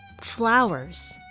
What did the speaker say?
flowers